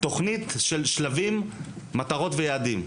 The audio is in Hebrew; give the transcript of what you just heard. תכנית של שלבים, מטרות ויעדים,